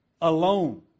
alone